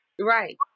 Right